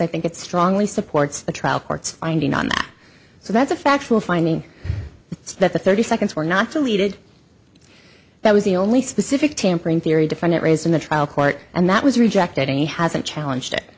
i think it strongly supports the trial court's finding on that so that's a factual finding that the thirty seconds were not deleted that was the only specific tampering theory different raised in the trial court and that was rejected and he hasn't challenged it